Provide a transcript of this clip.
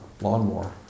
lawnmower